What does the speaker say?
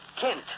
Kent